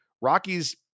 Rockies